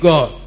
God